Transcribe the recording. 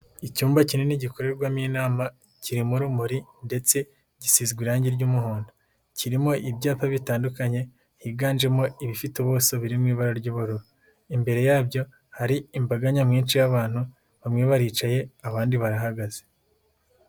Icyumba kinini gikorerwamo inama kirimo urumuri ndetse gisizwe irangi ry'umuhondo. Kirimo ibyapa bitandukanye higanjemo ibifite ubuso biri mu ibara ry'ubururu, imbere yabyo hari imbaga nyamwinshi y'abantu bamwe baricaye abandi barahagaze.